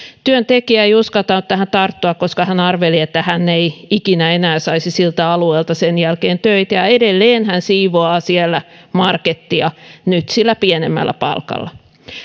työntekijä ei uskaltanut tähän tarttua koska hän arveli että hän ei ikinä enää saisi siltä alueelta sen jälkeen töitä ja edelleen hän siivoaa siellä markettia nyt sillä pienemmällä palkalla